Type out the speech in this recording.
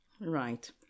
Right